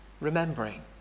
remembering